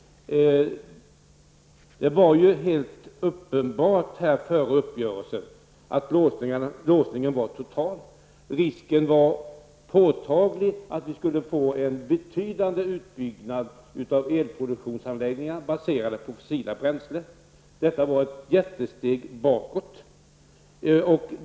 Vid förra uppgörelsen var det helt uppenbart att låsningen var total. Det fanns en påtaglig risk för en betydande utbyggnad av elproduktionsanläggningar baserade på fossila bränslen. Detta var ett jättekliv bakåt.